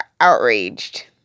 outraged